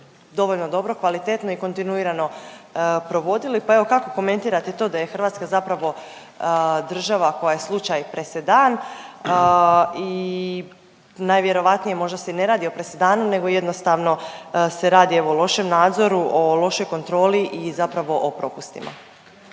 dovoljno dobro, kvalitetno i kontinuirano provodili. Pa evo kako komentirate to da je Hrvatska zapravo država koja je slučaj presedan? I nevjerojatnije možda se i ne radi o presedanu nego jednostavno se radi evo o lošem nadzoru o lošoj kontroli i zapravo o propustima.